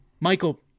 Michael